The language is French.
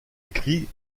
écrits